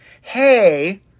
hey